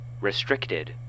Restricted